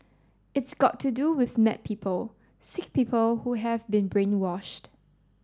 it's got to do with mad people sick people who have been brainwashed